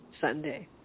Sunday